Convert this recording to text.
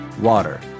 Water